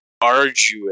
arduous